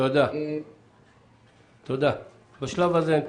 תודה בשלב הזה.